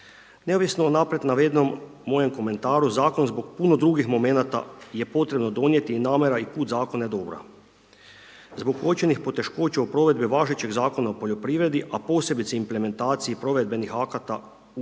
Neovisno o naprijed navedenom mojem komentaru Zakon zbog puno drugih momenata je potrebno donijeti i namjera i put Zakona je dobra. Zbog uočenih poteškoća u provedbi važećeg Zakona o poljoprivredi, a posebice implementaciji provedbenih akata u